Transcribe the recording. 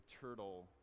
turtle